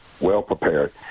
well-prepared